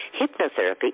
hypnotherapy